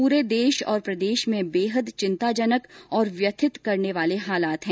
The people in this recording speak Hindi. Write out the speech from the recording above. पूरे देश और प्रदेश में बेहद चिंताजनक और व्यथित करने वाले हालात हैं